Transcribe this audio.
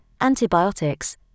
antibiotics